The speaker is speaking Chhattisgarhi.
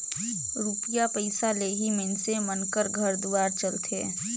रूपिया पइसा ले ही मइनसे मन कर घर दुवार चलथे